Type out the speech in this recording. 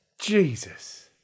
Jesus